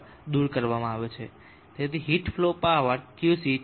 તેથી heat flow power Qc 14